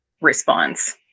response